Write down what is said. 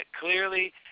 clearly